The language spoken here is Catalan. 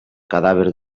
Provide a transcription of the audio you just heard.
cadàver